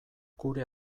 gure